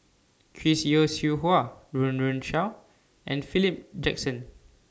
Chris Yeo Siew Hua Run Run Shaw and Philip Jackson